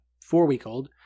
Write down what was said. four-week-old